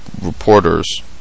reporters